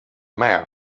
mer